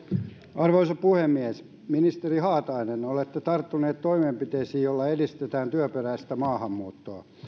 arvoisa puhemies ministeri haatainen olette tarttunut toimenpiteisiin joilla edistetään työperäistä maahanmuuttoa